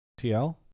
TL